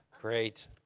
Great